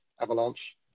Avalanche